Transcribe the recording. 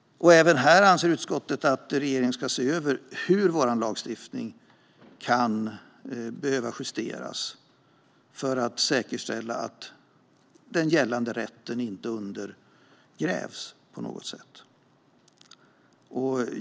Även här anser utskottet att regeringen ska se över hur vår lagstiftning kan behöva justeras för att säkerställa att den gällande rätten inte undergrävs på något sätt.